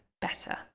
better